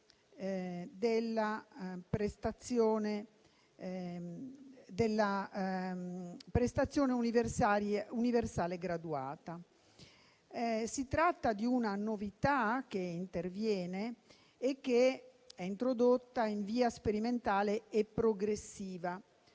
della prestazione universale graduata. Si tratta di una novità che interviene e che è introdotta in via sperimentale e progressiva